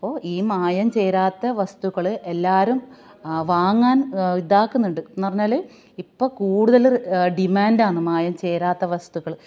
അപ്പോൾ ഈ മായം ചേരാത്ത വസ്തുക്കൾ എല്ലാവരും വാങ്ങാന് ഇതാക്കുന്നുണ്ട് എന്ന്പറഞ്ഞാൽ ഇപ്പോൾ കൂടുതൽ ഡിമാണ്ടാന്നു മായം ചേരാത്ത വസ്തുക്കൾ